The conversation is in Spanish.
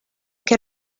que